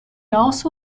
also